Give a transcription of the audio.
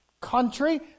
country